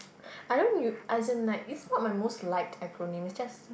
I don't you as in like it's not my most liked acronym it's just